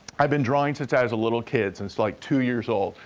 i've been drawing since i was a little kid, since like two years old,